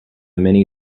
many